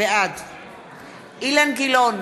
בעד אילן גילאון,